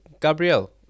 Gabriel